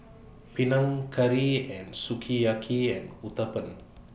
Panang Curry and Sukiyaki and Uthapam